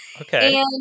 Okay